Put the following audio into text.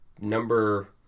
number